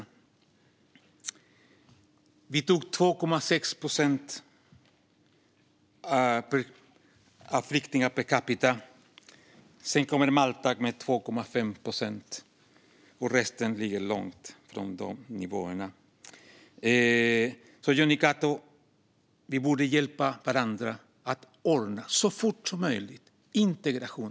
Vi tog emot flyktingar motsvarande 2,6 procent av vår befolkning. Efter oss kommer Malta med 2,5 procent, och resten ligger långt från de nivåerna. Vi borde därför hjälpa varandra att ordna integrationen så fort som möjligt, Jonny Cato.